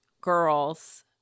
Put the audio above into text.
girls